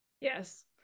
Yes